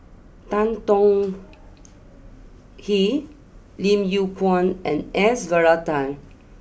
Tan Tong Hye Lim Yew Kuan and S Varathan